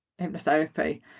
hypnotherapy